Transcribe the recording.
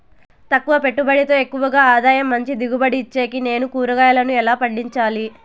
తక్కువ పెట్టుబడితో ఎక్కువగా ఆదాయం మంచి దిగుబడి ఇచ్చేకి నేను కూరగాయలను ఎలా పండించాలి?